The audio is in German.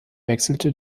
wechselte